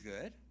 good